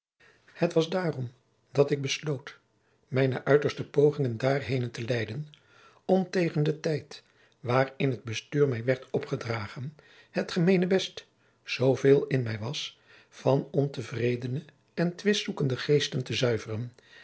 het was daarom dat ik besloot mijne uiterste pogingen daarheenen te leiden om tegen jacob van lennep de pleegzoon den tijd waarin het bestuur mij werd opgedragen het gemeenebest zooveel in mij was van ontevredene en twistzoekende geesten te zuiveren